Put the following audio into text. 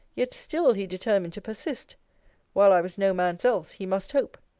yet still he determined to persist while i was no man's else, he must hope.